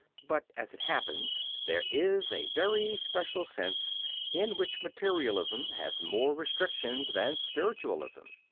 but as it happens, there is a very special sense in which materialism has more restrictions than spiritualism.